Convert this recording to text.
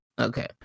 okay